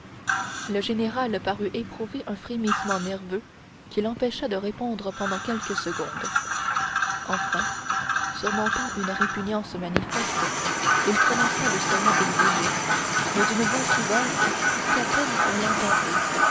le général parut éprouver un frémissement nerveux qui l'empêcha de répondre pendant quelques secondes enfin surmontant une répugnance manifeste il prononça le serment exigé mais d'une voix si basse qu'à peine on l'entendit